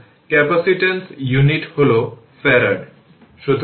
তাই τ R eq 1 Ω এবং τ 02 second বলেছি